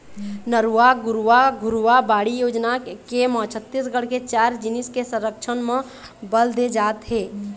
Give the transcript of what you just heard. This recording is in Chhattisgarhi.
नरूवा, गरूवा, घुरूवा, बाड़ी योजना के म छत्तीसगढ़ के चार जिनिस के संरक्छन म बल दे जात हे